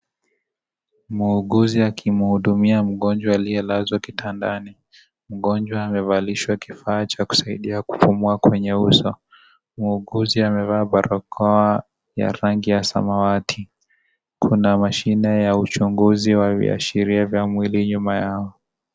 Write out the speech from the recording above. Muuguzi akimuhudumia mgonjwa aliyelazwa kitandani. Mgonjwa amevalishwa kifaa cha kusaidia kupumua kwenye uso. Muuguzi amevaa barakoa ya rangi ya samawati. Kuna mashine ya uchunguzi wa viashiria vya mwili nyuma yao.